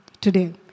today